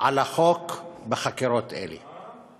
על החוק בחקירות אלה,